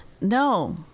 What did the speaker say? No